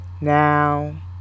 now